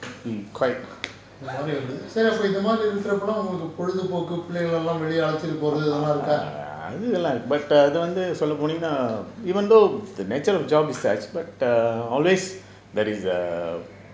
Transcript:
இந்த மாரி வருது சரி இந்த மாரி இருக்குறப்போலாம் உங்களுக்கு பொழுதுபோக்கு புள்ளைகளெல்லாம் வெளிய அழைச்சிட்டு போறது இதலாம் இருக்கா:intha maari varuthu sari intha maari irukkurappolaam ungalukku poluthu pokku pulaigalellam veliya alaichittu porathu ithellam irukka